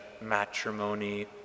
matrimony